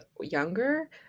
younger